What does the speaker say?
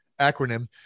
acronym